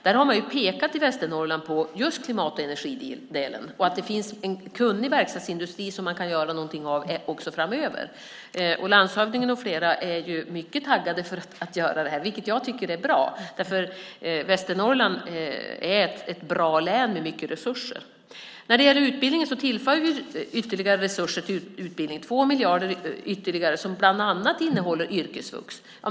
Där har man i Västernorrland pekat på just klimat och energidelen och att det finns en kunnig verkstadsindustri som man kan göra någonting av också framöver. Landshövdingen och flera därtill är mycket taggade för att göra det här, vilket jag tycker är bra, för Västernorrland är ett bra län med mycket resurser. När det gäller utbildningen tillför vi ytterligare resurser till utbildning. Det är 2 miljarder ytterligare som bland annat innehåller yrkesvux.